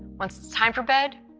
once it's time for bed,